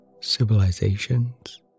civilizations